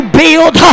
build